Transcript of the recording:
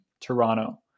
toronto